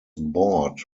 bored